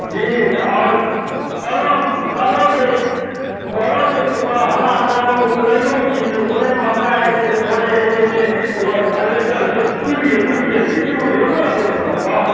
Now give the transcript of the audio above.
जी आओर कहलहुँ कहलहुँ जे कहलहुँ जे कृपा हमरा अँगनामे उपलैनो छी तऽ उपलैनमे हमरा एके जे छै थोड़े जे छै से ओ अल्बेस्टर से टुटि गेल फुटि गेल छै कि बुझलियै ओकरो रखैके समान सभ